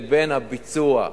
לבין הביצוע.